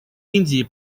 индии